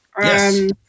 Yes